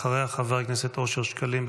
אחריה, חבר הכנסת אושר שקלים.